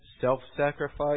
self-sacrifice